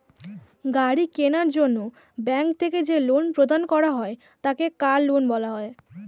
গাড়ি কেনার জন্য ব্যাঙ্ক থেকে যে লোন প্রদান করা হয় তাকে কার লোন বলা হয়